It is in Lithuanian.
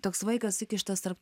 toks vaikas įkištas tarp